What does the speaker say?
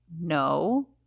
no